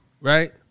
Right